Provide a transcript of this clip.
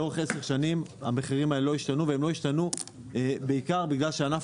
לאורך עשר שנים המחירים האלה לא השתנו והם לא השתנו בעיקר בגלל שהענף